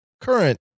current